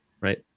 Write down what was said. right